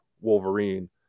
Wolverine